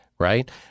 Right